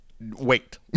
Wait